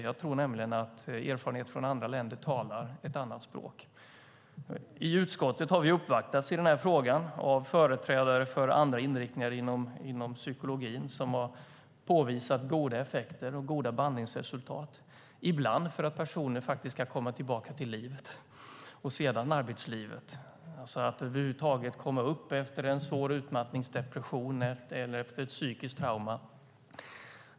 Jag tror nämligen att erfarenhet från andra länder talar ett annat språk. I utskottet har vi uppvaktats i den här frågan av företrädare av andra inriktningar inom psykologin. De har påvisat goda effekter och goda behandlingsresultat. Det handlar ibland om att personer ska komma tillbaka till livet och sedan till arbetslivet. Det handlar om att över huvud taget komma upp efter en svår utmattningsdepression eller efter ett psykiskt trauma.